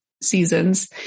seasons